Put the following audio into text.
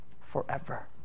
Forever